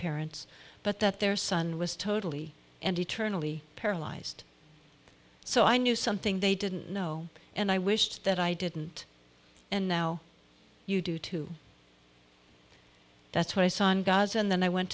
parents but that their son was totally and eternally paralyzed so i knew something they didn't know and i wished that i didn't and now you do too that's what i saw in gaza and then i went